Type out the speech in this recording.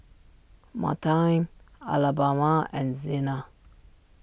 Martine Alabama and Zena